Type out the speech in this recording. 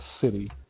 city